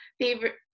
favorite